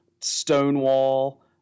Stonewall